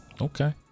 Okay